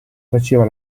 faceva